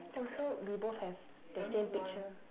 oh so we both have the same picture